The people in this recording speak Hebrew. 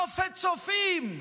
נופת צופים,